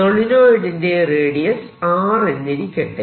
സോളിനോയിഡിന്റെ radius R എന്നിരിക്കട്ടെ